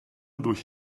durch